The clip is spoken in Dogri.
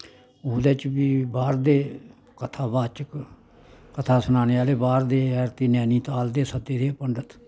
ओह्दे च बी बाह्र दे कथा बाचक कथा सनाने आह्ले बाह्र दे एगती नैनीताल दे सद्दे दे हे पंडत